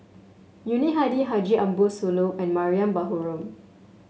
Yuni Hadi Haji Ambo Sooloh and Mariam Baharom